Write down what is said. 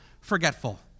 forgetful